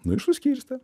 nu ir suskirstė